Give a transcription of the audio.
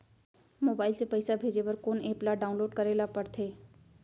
Mobile से पइसा भेजे बर कोन एप ल डाऊनलोड करे ला पड़थे?